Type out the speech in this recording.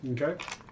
Okay